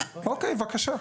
אוקיי, בבקשה.